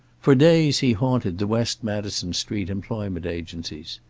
for days he haunted the west madison street employment agencies.